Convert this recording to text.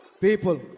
people